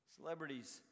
celebrities